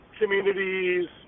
communities